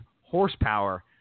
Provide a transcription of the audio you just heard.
horsepower